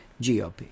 GOP